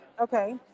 Okay